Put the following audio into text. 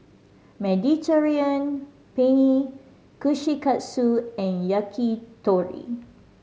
Mediterranean Penne Kushikatsu and Yakitori